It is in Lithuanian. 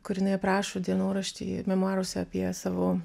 kur jinai aprašo dienorašty memuarus apie savo